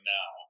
now